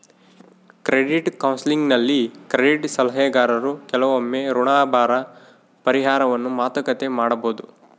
credit ಕೌನ್ಸೆಲಿಂಗ್ನಲ್ಲಿ credit ಸಲಹೆಗಾರರು ಕೆಲವೊಮ್ಮೆ ಋಣಭಾರ ಪರಿಹಾರವನ್ನು ಮಾತುಕತೆ ಮಾಡಬೊದು